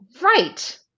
right